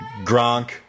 Gronk